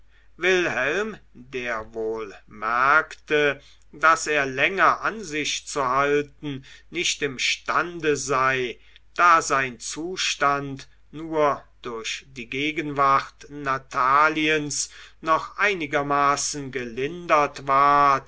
wilhelm der wohl merkte daß er länger an sich zu halten nicht imstande sei da sein zustand nur durch die gegenwart nataliens noch einigermaßen gelindert ward